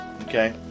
Okay